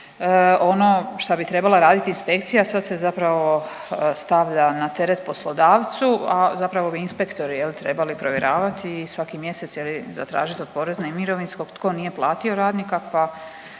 Ono šta bi trebala raditi inspekcija sad se zapravo stavlja na teret poslodavcu, a zapravo inspektori bi trebali provjeravati svaki mjesec ili zatražiti od porezne i mirovinskog tko nije platio radnika,